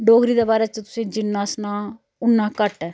डोगरी दे बारे च तुसें जिन्ना सनां उ'न्ना घट्ट ऐ